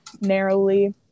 narrowly